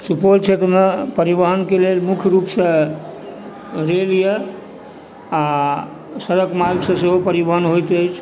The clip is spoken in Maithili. सुपौल क्षेत्रमे परिवहनके लेल मुख्य रूपसँ रेल यऽ आओर सड़क मार्गसँ सेहो परिवहन होइत अछि